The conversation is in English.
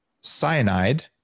cyanide